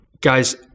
guys